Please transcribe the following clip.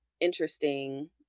interesting